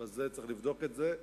צריך לבדוק את זה,